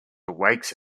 awakes